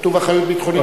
אחריות ביטחונית.